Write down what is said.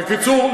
בקיצור,